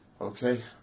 Okay